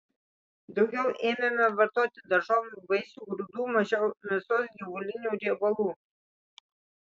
daugiau ėmėme vartoti daržovių vaisių grūdų mažiau mėsos gyvulinių riebalų